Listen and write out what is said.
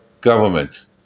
government